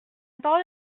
parole